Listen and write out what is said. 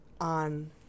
on